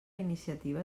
iniciativa